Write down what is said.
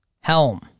helm